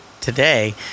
today